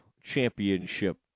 championship